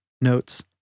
notes